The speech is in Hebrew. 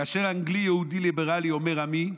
כאשר אנגלי יהודי ליברלי אומר 'עמי',